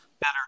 better